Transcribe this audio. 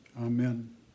Amen